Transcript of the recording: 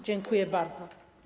Dziękuję bardzo.